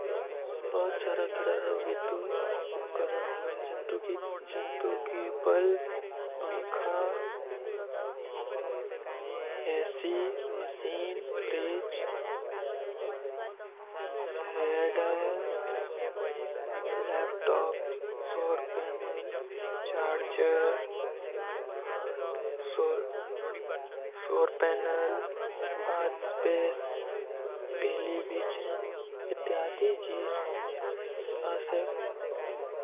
ବହୁତ ସାରା ଥରା ରଵିତୂତ ଉପକରଣ ହୁଏ। ଜିନ୍ତୋଂ କୀ ବଲ୍ଫ, ପଂଖା, AC, machine, fridge, hair dryer, laptop, solar panel, charger, ସୋର୍ପେନଲ, ବାଦ ସ୍ପେସ, ପିଲିଵିଜନ, ଇତ୍ଯାଦୀ ଜୀର୍ଗ, ତାସର।